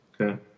okay